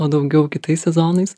o daugiau kitais sezonais